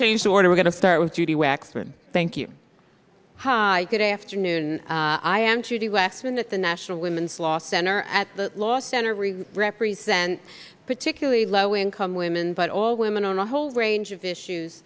change the order we're going to start with judy waxman thank you hi good afternoon i am judy lacson at the national women's law center at the law center we represent particularly low income women but all women on a whole range of issues